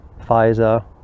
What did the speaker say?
Pfizer